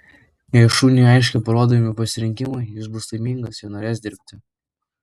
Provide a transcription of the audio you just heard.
jei šuniui aiškiai parodomi pasirinkimai jis bus laimingas ir norės dirbti